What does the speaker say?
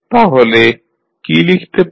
তাহলে কী লিখতে পারেন